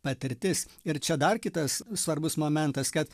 patirtis ir čia dar kitas svarbus momentas kad